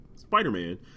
Spider-Man